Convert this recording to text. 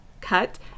cut